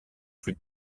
plus